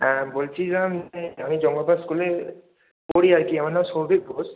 হ্যাঁ বলছিলাম যে আমি জনতা স্কুলে পড়ি আর কি আমার নাম শৌভিক ঘোষ